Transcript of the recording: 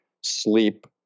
sleep